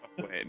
Wait